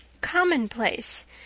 commonplace